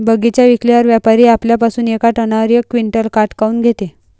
बगीचा विकल्यावर व्यापारी आपल्या पासुन येका टनावर यक क्विंटल काट काऊन घेते?